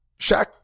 Shaq